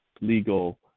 legal